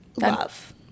love